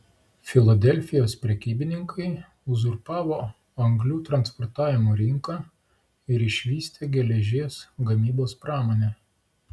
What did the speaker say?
filadelfijos prekybininkai uzurpavo anglių transportavimo rinką ir išvystė geležies gamybos pramonę